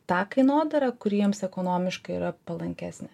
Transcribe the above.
tą kainodarą kuri jiems ekonomiškai yra palankesnė